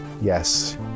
Yes